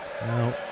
Now